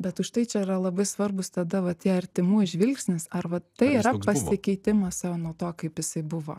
bet užtai čia yra labai svarbūs tada va tie artimųjų žvilgsnis arba tai yra pasikeitimas nuo to kaip jisai buvo